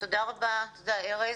תודה רבה, תודה ארז.